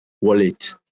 wallet